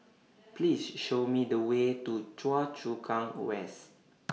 Please Show Me The Way to Choa Chu Kang West